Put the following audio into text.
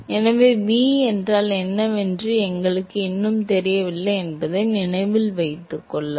எனவே v என்றால் என்னவென்று எங்களுக்கு இன்னும் தெரியவில்லை என்பதை நினைவில் கொள்ளவும்